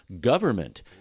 government